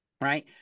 Right